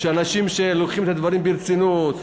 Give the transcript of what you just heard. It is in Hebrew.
אנשים שלוקחים את הדברים ברצינות,